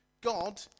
God